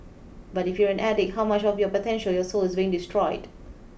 but if you're an addict how much of your potential your soul is being destroyed